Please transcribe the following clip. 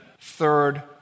third